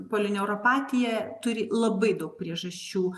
polineuropatija turi labai daug priežasčių